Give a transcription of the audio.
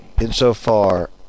insofar